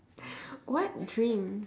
what dream